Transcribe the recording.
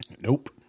Nope